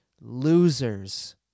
losers